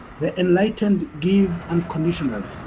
the enlightened give unconditionally,